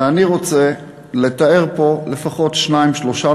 ואני רוצה לתאר פה לפחות שניים-שלושה